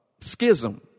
schism